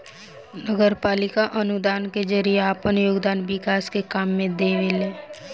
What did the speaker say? नगरपालिका अनुदान के जरिए आपन योगदान विकास के काम में देवेले